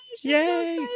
Yay